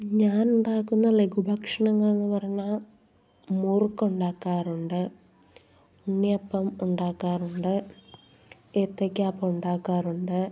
ഞാൻ ഉണ്ടാക്കുന്ന ലഘു ഭക്ഷണങ്ങളെന്ന് പറഞ്ഞാൽ മുറുക്ക് ഉണ്ടാക്കാറുണ്ട് ഉണ്ണിയപ്പം ഉണ്ടാക്കാറുണ്ട് ഡ ഏത്തയ്ക്കാപ്പം ഉണ്ടാക്കാറുണ്ട്